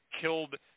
killed